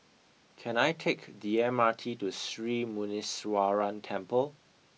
can I take the M R T to Sri Muneeswaran Temple